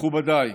מכובדיי,